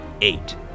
Eight